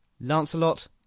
Lancelot